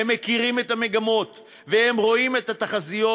הם מכירים את המגמות והם רואים את התחזיות,